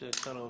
אצל שר האוצר.